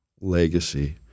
legacy